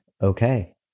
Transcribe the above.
okay